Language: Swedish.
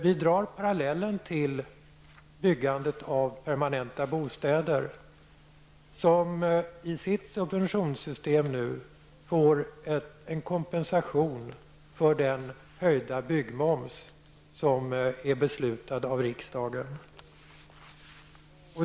Vi drar parallellen till byggandet av permanenta bostäder, som i sitt subventionssystem nu får en kompensation för den höjda byggmoms som är beslutad av riksdagen.